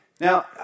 now